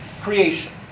Creation